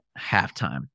halftime